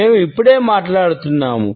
మేము ఇప్పుడే మాట్లాడుతున్నాము